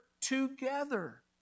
together